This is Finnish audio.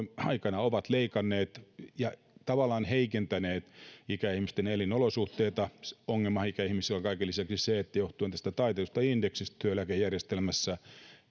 aikana ovat leikanneet ja tavallaan heikentäneet ikäihmisten elinolosuhteita ongelma ikäihmisillä on kaiken lisäksi se että johtuen tästä taitetusta indeksistä työeläkejärjestelmässä